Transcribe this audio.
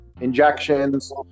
injections